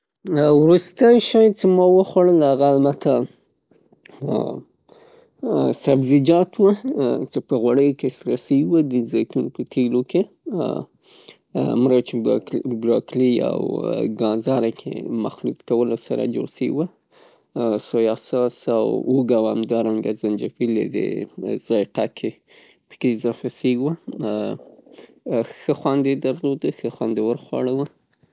وروستی شی چې ما وخوړل هغه البته سبزي جات و چې په غوړیو کې سره شوي و، د زیتون په تیلو کې مرچ، براکلی او ګازرې کې مخلوط کولو سره جوړ شوي و، سویا ساس او اوږه او همدارنه زنجفیل یې د ذایقه کې پکې اضافه شوي و او ښه خوند یې درلودو ښه خوند یې وخوړو.